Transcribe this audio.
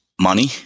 money